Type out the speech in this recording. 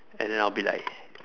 and then I'll be like